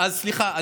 אז סליחה.